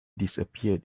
disappeared